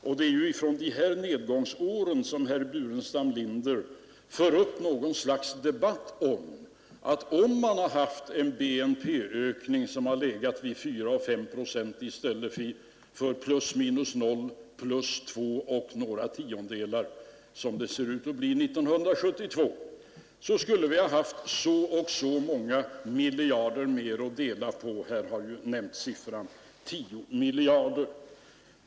Och det är ju utifrån nedgångsåren som herr Burenstam Linder för något slags resonemang om att om vi hade haft en BNP-ökning som legat vid 4 eller 5 procent i stället för vid +0 eller +2 och några tiondelar, som det ser ut att bli 1972, skulle vi ha haft så och så många miljarder mer att dela på — här har nämnts siffran 10 miljarder.